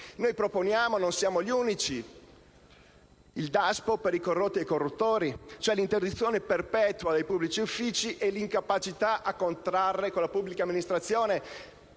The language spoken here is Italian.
Noi proponiamo - e non siamo gli unici - il DASPO per i corrotti e corruttori, cioè l'interdizione perpetua dai pubblici uffici e l'incapacità a contrarre con la pubblica amministrazione.